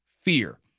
fear